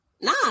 Nah